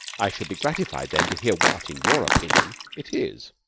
i should be gratified, then, to hear what, in your opinion, it is.